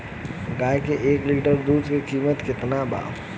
गाय के एक लीटर दुध के कीमत केतना बा?